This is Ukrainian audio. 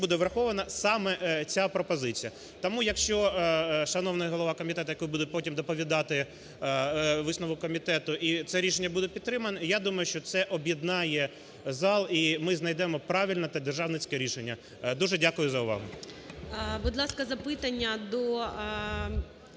буде врахована саме ця пропозиція. Тому, якщо шановний голова комітету, який буде потім доповідати висновок комітету, і це рішення буде підтримано, я думаю, що це об'єднає зал і ми знайдемо правильне та державницьке рішення. Дуже дякую за увагу.